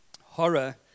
Horror